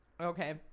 okay